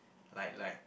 like like